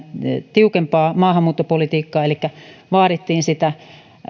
tiukempaa maahanmuuttopolitiikkaa elikkä vaadittiin sitä